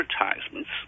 advertisements